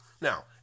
Now